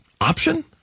option